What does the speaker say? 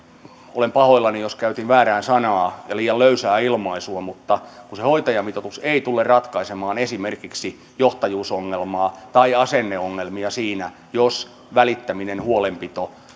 olen pahoillani jos käytin väärää sanaa ja liian löysää ilmaisua mutta se hoitajamitoitus ei tule ratkaisemaan esimerkiksi johtajuusongelmaa tai asenneongelmia siinä jos välittäminen huolenpito